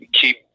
keep